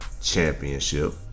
championship